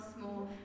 more